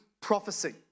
prophecy